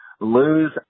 Lose